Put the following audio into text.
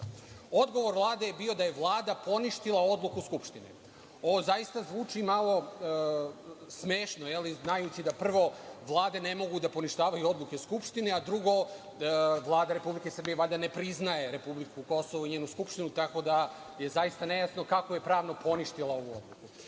uzeta. Odgovor Vlade je bio da je Vlada poništila odluku Skupštine. Ovo zaista zvuči malo smešno znajući da, prvo, vlade ne mogu da poništavaju odluke Skupštine, a drugo, Vlada Republike Srbije valjda ne priznaje republiku Kosovo i njenu skupštinu, tako da je zaista nejasno kako je pravno poništila ovu odluku. Ja